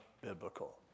biblical